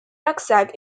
rucksack